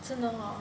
真的 hor